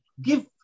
give